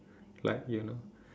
like you know